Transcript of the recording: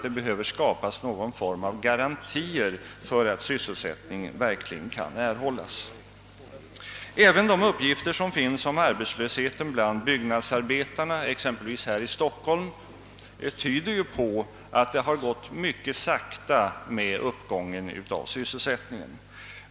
Det behöver nog skapas en form av garantier för att sysselsättning verkligen kan erhållas. Även de uppgifter som finns om arbetslösheten bland byggnadsarbetarna, exempelvis här i Stockholm, tyder på att det har gått mycket sakta med uppgången i sysselsättningen.